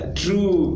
true